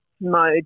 mode